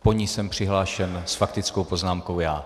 Po ní jsem přihlášen s faktickou poznámkou já.